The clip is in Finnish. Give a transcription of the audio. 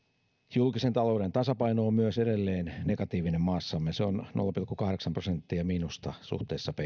julkisen talouden tasapaino on myös edelleen negatiivinen maassamme se on nolla pilkku kahdeksan prosenttia miinusta suhteessa